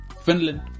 Finland